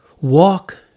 Walk